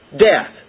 Death